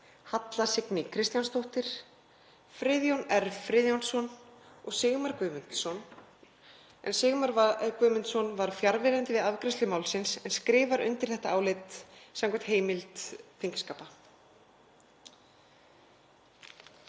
Halla Signý Kristjánsdóttir, Friðjón R. Friðjónsson og Sigmar Guðmundsson. Sigmar Guðmundsson var fjarverandi við afgreiðslu málsins en skrifar undir þetta álit samkvæmt heimild þingskapa.